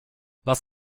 was